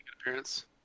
appearance